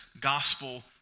gospel